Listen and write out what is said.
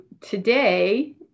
today